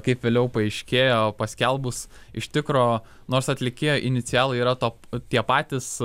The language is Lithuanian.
kaip vėliau paaiškėjo paskelbus iš tikro nors atlikėjo inicialai yra top tie patys